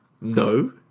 No